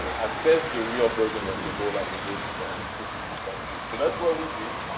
assess the real burden of ebola in those specific countries. so that's what we did,